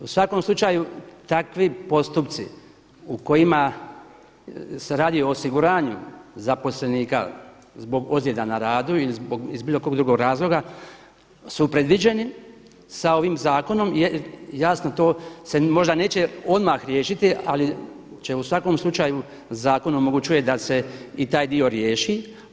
U svakom slučaju takvi postupci u kojima se radi o osiguranju zaposlenika zbog ozljeda na radu i zbog bilo kog drugog razloga su predviđeni sa ovim zakonom je jasno to se neće odmah riješiti, ali će u svakom slučaju zakon omogućuje da se i taj dio riješi.